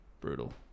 Brutal